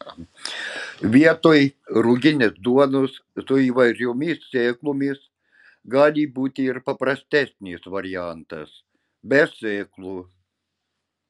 vietoj ruginės duonos su įvairiomis sėklomis gali būti ir paprastesnis variantas be sėklų